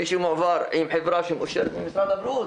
מי שמועבר עם חברה שמקושרת עם משרד הבריאות,